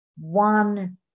one